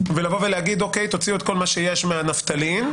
לבוא ולהגיד: תוציאו את כל מה שיש מהנפטלין,